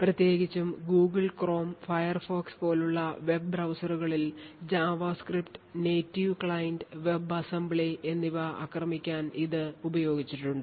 പ്രത്യേകിച്ചും Google Chrome Firefox പോലുള്ള web ബ്രൌസറുകളിൽ JavaScript native client WebAssembly എന്നിവ ആക്രമിക്കാൻ ഇത് ഉപയോഗിച്ചിട്ടുണ്ട്